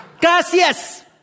gracias